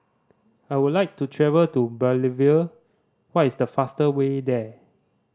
I would like to travel to Bolivia what is the fast way there